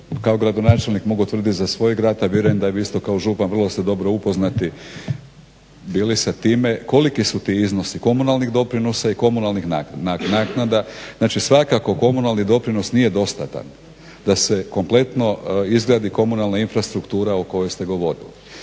kao gradonačelnik mogu tvrditi za svoj grad, a vjerujem da vi isto kao župan vrlo dobro ste upoznati bili sa time koliki su ti iznosi komunalnih doprinosa i komunalnih naknada, znači svakako komunalni doprinos nije dostatan da se kompletno izgradi komunalna infrastruktura o kojoj ste govorili.